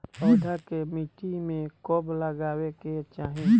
पौधा के मिट्टी में कब लगावे के चाहि?